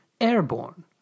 airborne